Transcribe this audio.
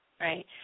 right